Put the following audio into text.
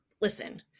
listen